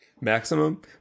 Maximum